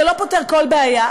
זה לא פותר כל בעיה,